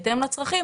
בהתאם לצרכים,